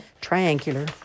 triangular